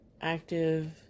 active